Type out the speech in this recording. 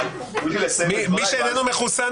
מי שאיננו מחוסן,